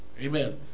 Amen